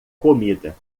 comida